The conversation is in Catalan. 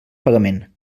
pagament